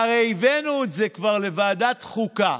והרי הבאנו את זה כבר לוועדת חוקה